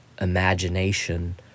imagination